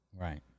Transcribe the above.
Right